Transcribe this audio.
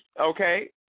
okay